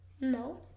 No